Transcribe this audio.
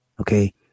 okay